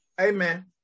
Amen